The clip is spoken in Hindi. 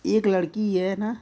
एक लड़की ये ना